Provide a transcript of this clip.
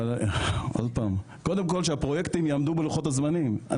קודם כל שהפרויקטים יעמדו בלוחות הזמנים.